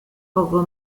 poco